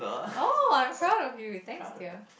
oh I'm proud of you thanks dear